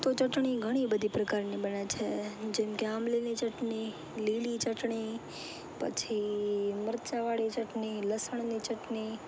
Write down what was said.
તો ચટણી ઘણી બધી પ્રકારની બને છે જેમ કે આંબલીની ચટણી લીલી ચટણી પછી મરચાંવાળી ચટણી લસણની ચટણી